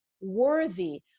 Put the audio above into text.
worthy